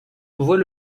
voit